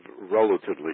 relatively